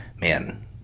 man